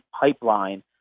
pipeline